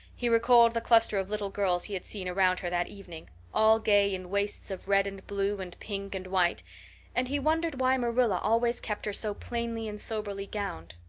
he recalled the cluster of little girls he had seen around her that evening all gay in waists of red and blue and pink and white and he wondered why marilla always kept her so plainly and soberly gowned.